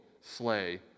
slay